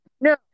No